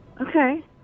Okay